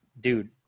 dude